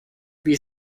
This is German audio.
wie